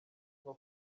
nko